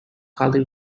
kali